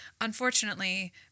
unfortunately